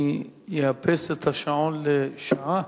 אני אאפס את השעון לשעה?